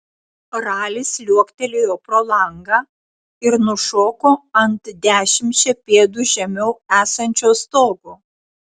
ralis liuoktelėjo pro langą ir nušoko ant dešimčia pėdų žemiau esančio stogo